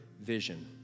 vision